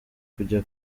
kujya